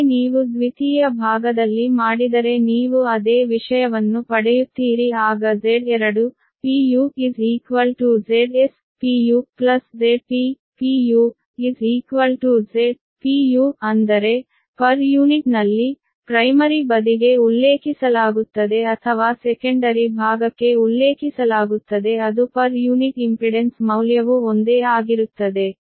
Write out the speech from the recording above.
ಹಾಗೆಯೇ ನೀವು ದ್ವಿತೀಯ ಭಾಗದಲ್ಲಿ ಮಾಡಿದರೆ ನೀವು ಅದೇ ವಿಷಯವನ್ನು ಪಡೆಯುತ್ತೀರಿ ಆಗ Z2 Zs Zp Z ಅಂದರೆ ಪರ್ ಯೂನಿಟ್ ನಲ್ಲಿ ಪ್ರೈಮರಿ ಬದಿಗೆ ಉಲ್ಲೇಖಿಸಲಾಗುತ್ತದೆ ಅಥವಾ ಸೆಕೆಂಡರಿ ಭಾಗಕ್ಕೆ ಉಲ್ಲೇಖಿಸಲಾಗುತ್ತದೆ ಅದು ಪರ್ ಯೂನಿಟ್ ಇಂಪಿಡೆನ್ಸ್ ಮೌಲ್ಯವು ಒಂದೇ ಆಗಿರುತ್ತದೆ